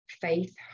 faith